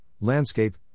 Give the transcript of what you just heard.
landscape